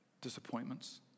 disappointments